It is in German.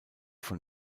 von